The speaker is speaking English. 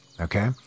okay